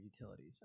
utilities